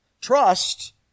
Trust